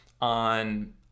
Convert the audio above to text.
on